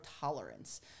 tolerance